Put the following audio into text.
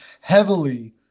heavily